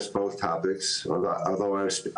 להתייחס לשני הנושאים האלה כמובן.